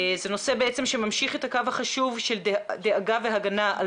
זה נושא שממשיך את הקו החשוב של דאגה והגנה על